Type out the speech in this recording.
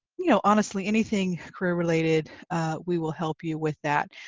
you know, honestly anything career related we will help you with that.